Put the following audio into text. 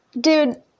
Dude